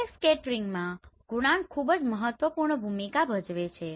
બેકસ્કેટરિંગમાં ગુણાંક ખૂબ જ મહત્વપૂર્ણ ભૂમિકા ભજવે છે